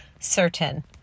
Certain